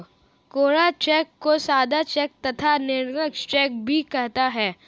कोरा cheque को सादा cheque तथा निरंक चेक भी कहते हैं